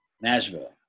Nashville